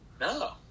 No